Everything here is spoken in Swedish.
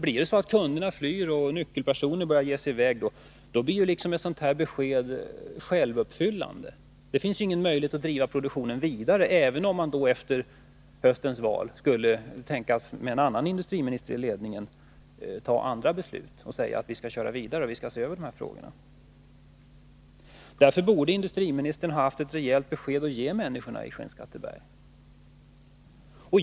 Om kunderna flyr och nyckelpersoner börjar ge sig i väg, blir ett sådant här besked självuppfyllande. Då finns det inga möjligheter att driva produktionen vidare, även om regeringen efter höstens val, med en annan industriminister i ledningen, kan tänkas fatta andra beslut och säga: Vi skall köra vidare och se över dessa frågor. Därför borde industriministern ha haft ett rejält besked att ge människorna i Skinnskatteberg.